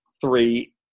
three